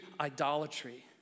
idolatry